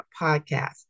Podcast